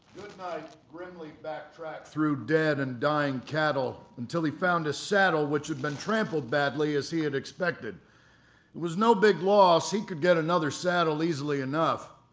grimly back-tracked through dead and dying cattle until he found his saddle, which had been trampled badly, as he had expected. it was no big loss he could get another saddle easily enough.